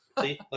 See